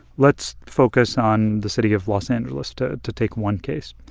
let's focus on the city of los angeles, to to take one case.